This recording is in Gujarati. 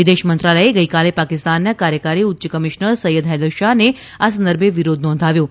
વિદેશ મંત્રાલયે ગઇકાલે પાકિસ્તાનના કાર્યકારી ઉચ્ય કમિશનર સૈયદ હૈદરશાહને આ સંદર્ભે વિરોધ નોંધાવ્યો હતો